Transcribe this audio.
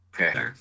Okay